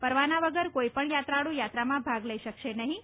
પરવાના વગર કોઈપણ યાત્રાળુ યાત્રામાં ભાગ લઈ શકશે નહીં